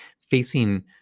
facing